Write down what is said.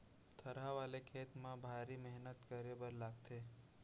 थरहा वाले खेत म भारी मेहनत करे बर लागथे